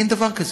אין דבר כזה.